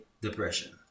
depression